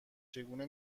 چگونه